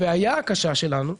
הבעיה הקשה שלנו,